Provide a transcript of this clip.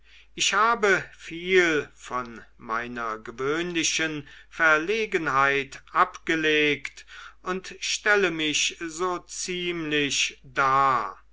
ich habe viel von meiner gewöhnlichen verlegenheit abgelegt und stelle mich so ziemlich dar